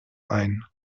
ein